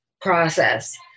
process